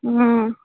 ఆ